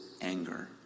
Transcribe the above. anger